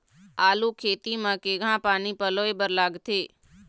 आलू खेती म केघा पानी धराए बर लागथे?